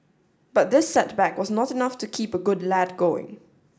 but this setback was not enough to keep a good lad going